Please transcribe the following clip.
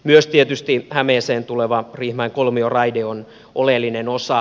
myös tietysti hämeeseen tuleva riihimäen kolmioraide on oleellinen osa